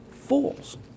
fools